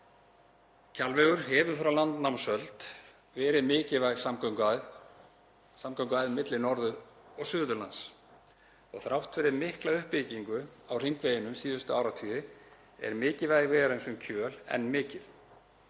Kjalvegur hefur frá landnámsöld verið mikilvæg samgönguæð milli Norður- og Suðurlands og þrátt fyrir mikla uppbyggingu á hringveginum síðustu áratugi er mikilvægi vegarins um Kjöl enn mikið.